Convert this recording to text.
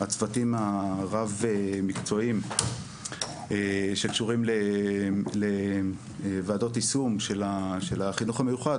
הצוותים הרב-מקצועיים שקשורים לוועדות יישום של החינוך המיוחד,